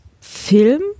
Film